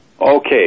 Okay